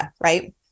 right